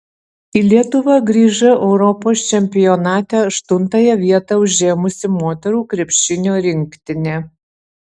į lietuvą grįžo europos čempionate aštuntąją vietą užėmusi moterų krepšinio rinktinė